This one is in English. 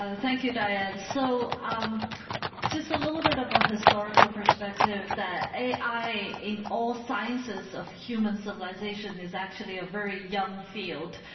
ah thank you, diane. so um just a little bit of a historical perspective that ai in all sciences of human civilization is actually a very young field.